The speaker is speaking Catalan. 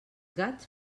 gats